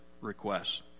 requests